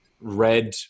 Red